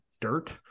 dirt